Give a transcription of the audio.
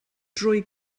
drwy